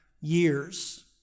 years